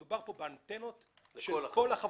מדובר פה באנטנות של כל החברות,